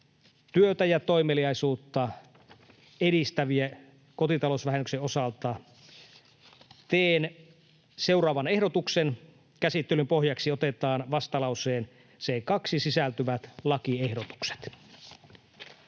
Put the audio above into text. työtä ja toimeliaisuutta edistäviä kotitalousvähennyksen osalta, teen ehdotuksen, että käsittelyn pohjaksi otetaan vastalauseeseen 2 sisältyvät lakiehdotukset.